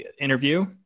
interview